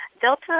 Delta